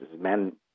Men